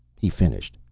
he finished.